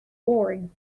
boring